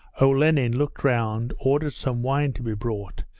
olenin looked round, ordered some wine to be brought,